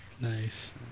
nice